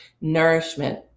nourishment